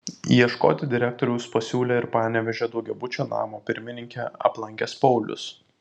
ieškoti direktoriaus pasiūlė ir panevėžio daugiabučio namo pirmininkę aplankęs paulius